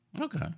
Okay